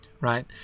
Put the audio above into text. right